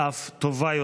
ואף טובה יותר.